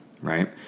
right